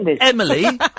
Emily